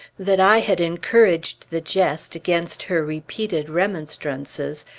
that i had encouraged the jest against her repeated remonstrances,